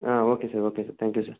okay sir okay sir thank you sir